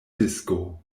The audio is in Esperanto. disko